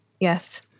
Yes